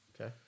Okay